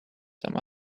some